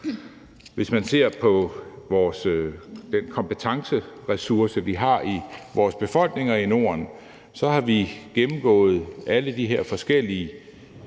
Hvis man ser på den kompetenceressource, vi har i vores befolkninger i Norden, så har vi gennemgået alle de her forskellige